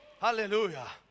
Hallelujah